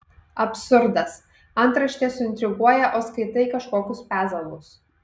absurdas antraštė suintriguoja o skaitai kažkokius pezalus